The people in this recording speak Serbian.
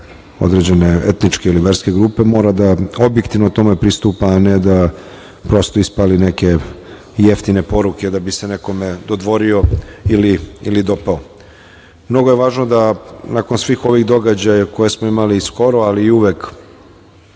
određene verske ili etičke grupe mora da objektivno tome pristupa, a ne da prosto ispali neke jeftine poruke da bi se nekome dodvorio ili dopao. Mnogo je važno da nakon svih ovih događaja koje smo imali skoro, ali i uvek